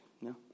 No